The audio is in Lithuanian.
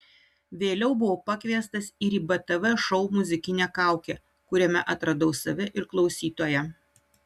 vėliau buvau pakviestas ir į btv šou muzikinė kaukė kuriame atradau save ir klausytoją